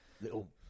Little